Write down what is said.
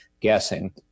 guessing